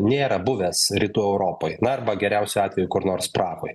nėra buvęs rytų europoj na arba geriausiu atveju kur nors prahoj